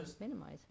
minimize